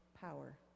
power